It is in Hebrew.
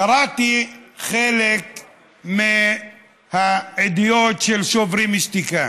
קראתי חלק מהעדויות של שוברים שתיקה,